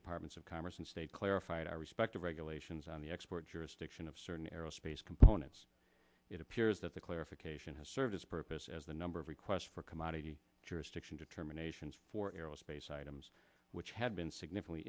departments of commerce and state clarified our respective regulations on the export jurisdiction of certain aerospace components it appears that the clarification has served its purpose as the number of requests for commodity jurisdiction determinations for aerospace items which had been significant